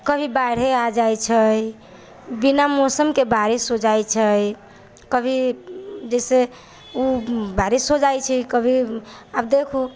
कभी बाढ़े आ जाइ छै बिना मौसमके बारिश हो जाइ छै कभी जैसे उ बारिश हो जाइ छै कभी आब देखू